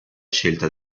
scelta